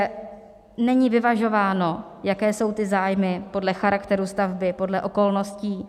Že není vyvažováno, jaké jsou ty zájmy podle charakteru stavby, podle okolností.